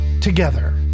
Together